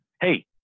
hey